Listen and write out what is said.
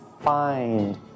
find